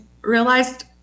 realized